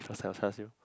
extra side of Char-Siew